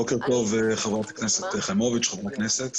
בוקר טוב לחברי הכנסת.